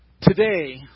Today